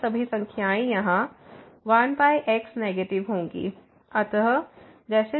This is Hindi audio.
तो ये सभी संख्याएँ यहाँ 1 x नेगेटिव होंगी